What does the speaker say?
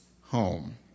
home